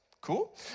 Cool